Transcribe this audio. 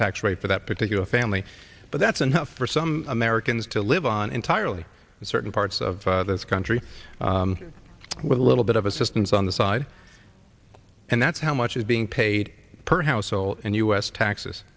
tax rate for that particular family but that's enough for some americans to live on entirely certain parts of this country with a little bit of assistance on the side and that's how much is being paid per household and us taxes